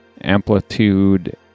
amplitude